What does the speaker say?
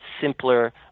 simpler